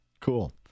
cool